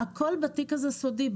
הכול בתיק הזה סודי.